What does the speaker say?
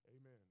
Amen